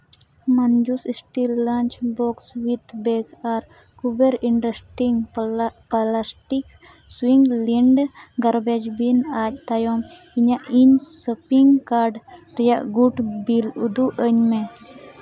ᱢᱟᱱᱡᱩᱥ steel lunch box ᱢᱤᱫ bag ᱟᱨ Kuber industries plastic swing lid garbage bin ᱟᱨ ᱛᱟᱭᱚᱢ ᱤᱧᱟᱹᱜ ᱤᱧ ᱥᱚᱯᱤᱝ ᱠᱟᱨᱰ ᱨᱮᱭᱟᱜ ᱜᱩᱰ ᱵᱤᱞ ᱩᱫᱩᱜ ᱟᱹᱧ ᱢᱮ